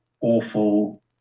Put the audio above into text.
awful